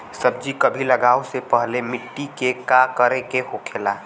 सब्जी कभी लगाओ से पहले मिट्टी के का करे के होखे ला?